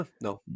No